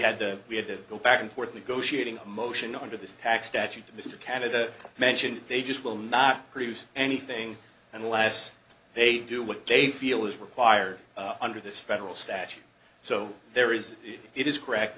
had we had to go back and forth negotiating a motion under this tax statute that mr canada mentioned they just will not produce anything and alas they do what they feel is required under this federal statute so there is it is correct